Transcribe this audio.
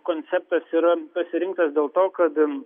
konceptas yra pasirinktas dėl to kad